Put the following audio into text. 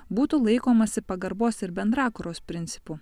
būtų laikomasi pagarbos ir bendrakuros principų